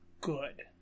good